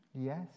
Yes